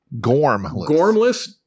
Gormless